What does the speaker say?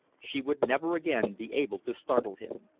she would never again be able to startle him.